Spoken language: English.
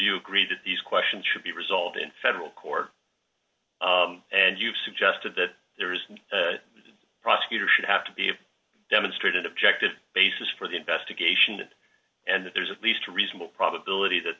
you agreed these questions should be result in federal court and you've suggested that there is no prosecutor should have to be demonstrated objective basis for the investigation and if there's at least a reasonable probability that